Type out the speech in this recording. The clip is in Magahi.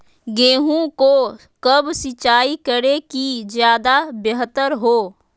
गेंहू को कब सिंचाई करे कि ज्यादा व्यहतर हो?